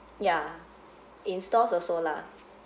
ya in stores also lah